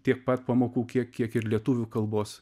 tiek pat pamokų kiek kiek ir lietuvių kalbos